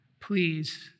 Please